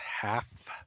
half